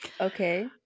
Okay